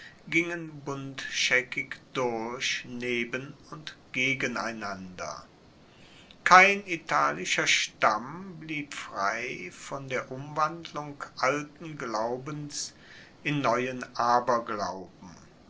gingen buntscheckig durch neben und gegeneinander kein italischer stamm blieb frei von der umwandlung alten glaubens in neuen aberglauben